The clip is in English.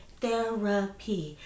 therapy